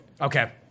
Okay